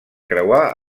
creuar